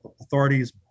authorities